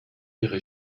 ihre